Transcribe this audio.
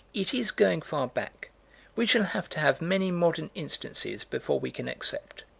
it is going far back we shall have to have many modern instances before we can accept.